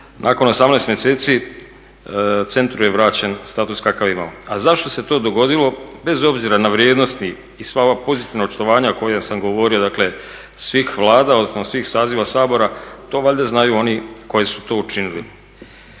nakon 18 mjeseci centru je vraćen status kakav je imao. A zašto se to dogodilo? Bez obzira na vrijednosti i sva ova pozitivna očitovanja o kojima sam govorio, dakle svih Vlada, odnosno svih saziva Sabora, to valjda znaju oni koji su to učinili.